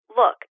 look